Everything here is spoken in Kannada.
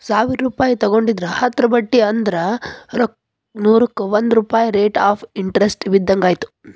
ಸಾವಿರ್ ರೂಪಾಯಿ ತೊಗೊಂಡಿದ್ರ ಹತ್ತರ ಬಡ್ಡಿ ಅಂದ್ರ ನೂರುಕ್ಕಾ ಒಂದ್ ರೂಪಾಯ್ ರೇಟ್ ಆಫ್ ಇಂಟರೆಸ್ಟ್ ಬಿದ್ದಂಗಾಯತು